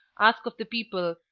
ask of the people,